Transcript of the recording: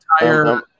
entire